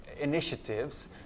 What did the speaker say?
initiatives